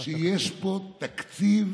שיש פה תקציב,